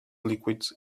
liquid